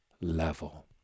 level